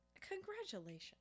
Congratulations